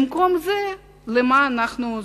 במקום זה למה אנחנו זכינו,